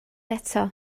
eto